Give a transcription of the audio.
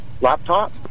laptop